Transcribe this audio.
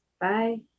Bye